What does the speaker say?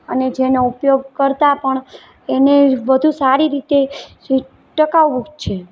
અને જેનો ઉપયોગ કરતાં પણ તેને વધુ સારી રીતે ટકાઉ છે